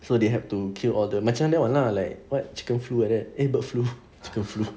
so they have to kill or macam that one lah like what chicken flu like that eh bird flu chicken flu